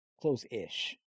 close-ish